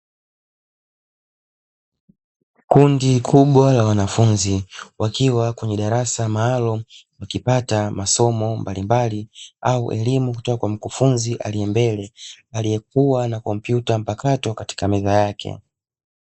Kundi kubwa la wanafunzi wakiwa kwenye darasa maalumu wakipata masomo mbalimbali au elimu kutoka kwa mkufunzi aliye mbele aliyekuwa na kompyuta mpakato katika meza yake.